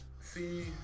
See